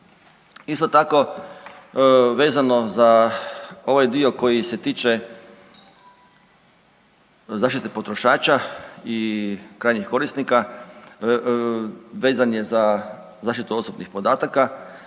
Isto tako vezano za ovaj dio koji se tiče zaštite potrošača i krajnjih korisnika vezan je za zaštitu osobnih podataka.